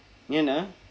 ஏன்:een dah